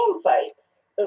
sites